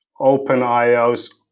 OpenIO's